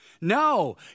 no